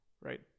right